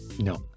No